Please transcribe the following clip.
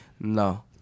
No